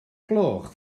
gloch